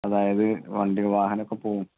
അതായത് വണ്ടിയും വാഹനവും ഒക്കെ പോകും